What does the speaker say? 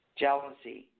jealousy